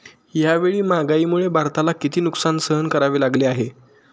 यावेळी महागाईमुळे भारताला किती नुकसान सहन करावे लागले आहे?